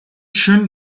шөнө